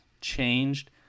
changed